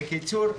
בקיצור,